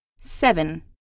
seven